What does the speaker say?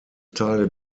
teile